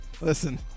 listen